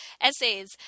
essays